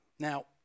Now